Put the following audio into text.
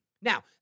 Now